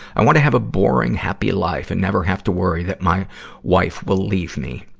i want to have a boring, happy life and never have to worry that my wife will leave me.